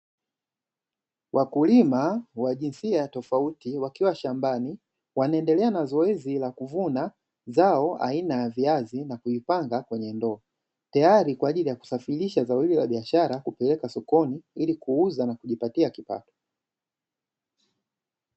Wakulima wa jinsia tofauti wakiwa shambani wanaendelea na zoezi la kuvuna zao aina ya viazi na kulipanga kwenye ndoo, tayari kwa ajili ya kusafirisha zao hili la biashara kupeleka sokoni ili kuuza na kujipatia kipato.